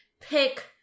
pick